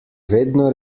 vedno